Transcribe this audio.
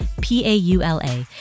P-A-U-L-A